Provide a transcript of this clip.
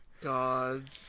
god